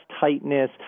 tightness